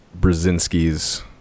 Brzezinski's